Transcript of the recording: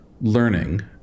learning